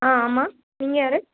ஆ ஆமாம் நீங்கள் யார்